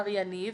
מר יניב